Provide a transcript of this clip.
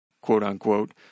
quote-unquote